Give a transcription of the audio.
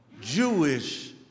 Jewish